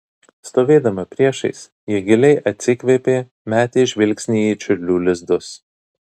stovėdama priešais ji giliai atsikvėpė metė žvilgsnį į čiurlių lizdus